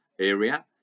area